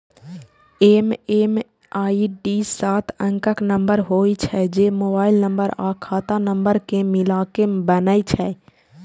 MMID सात अंकक number होइ छै, जे मोबाइल नंबर आ खाता नंबर कें मिलाके बनै छै